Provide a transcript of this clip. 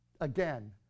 Again